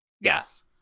Yes